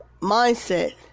mindset